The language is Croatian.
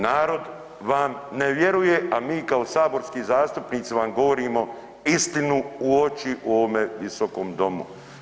Narod vam ne vjeruje, a mi kao saborski zastupnici vam govorimo istinu u oči u ovome visokom domu.